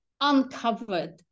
uncovered